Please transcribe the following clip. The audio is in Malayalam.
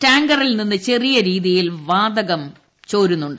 ടാങ്കറിൽ നിന്ന് ചെറിയ രീതിയിൽ വാതകം ചോരുന്നുണ്ട്